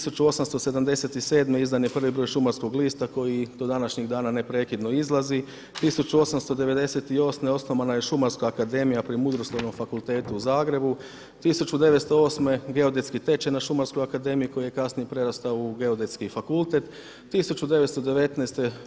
1877. izdan je prvi broj Šumarskog lista koji do današnjeg dana neprekidno izlazi, 1898. osnovana je Šumarska akademija pri Mudroslovnom fakultetu u Zagrebu, 1908. geodetski tečaj na Šumarskoj akademiji, koji je kasnije prerastao u Geodetski fakultet, 1919.